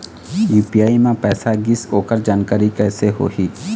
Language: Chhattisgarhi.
यू.पी.आई म पैसा गिस ओकर जानकारी कइसे होही?